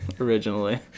originally